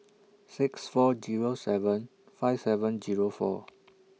six four Zero seven five seven Zero four